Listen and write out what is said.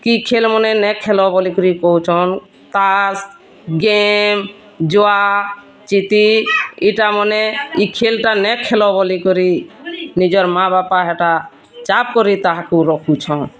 କି ଖେଲ ମନେ ନାଇ ଖେଲ ବୋଲିକିରି କହୁଛନ୍ ତାସ୍ ଗେମ୍ ଜୁଆ ଚିତି ଇଟାମାନେ ଇଟା ଖେଲ୍ଟା ନାଇ ଖେଲ କରି ନିଜର୍ ମା ବାପା ହେଟା ଚାପ୍ କରି ତାହାକୁ ରୋଖୁଛନ୍